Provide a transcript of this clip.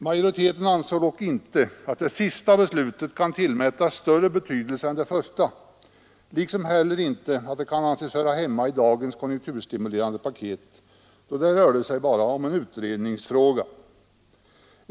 Majoriteten ansåg dock inte att det sista beslutet kan tillmätas större betydelse än det första liksom heller inte att det kan anses höra hemma i dagens konjunkturstimulerande paket, då det bara rörde sig om en utredningsfråga.